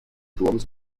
turms